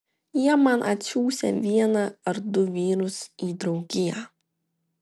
jie man atsiųsią vieną ar du vyrus į draugiją